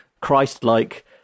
Christ-like